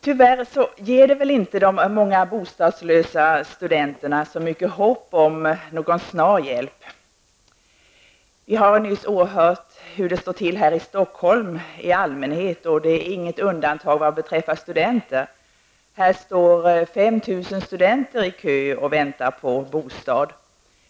Tyvärr ger det väl inte de många bostadslösa studenterna så mycket hopp om någon snar hjälp. Vi har nyss hört hur det står till i Stockholm i allmänhet, men det är inget undantag för studenternas del. 5 000 studenter står i kö och väntar på bostad.